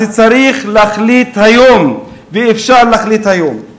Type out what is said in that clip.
צריך להחליט היום, ואפשר להחליט היום.